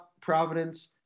Providence